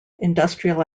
industrial